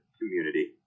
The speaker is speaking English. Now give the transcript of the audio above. community